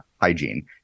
hygiene